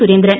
Surendran